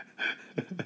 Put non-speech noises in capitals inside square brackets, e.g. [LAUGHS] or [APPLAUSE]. [LAUGHS]